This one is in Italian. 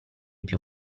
più